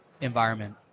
environment